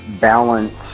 balance